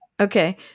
Okay